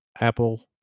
Apple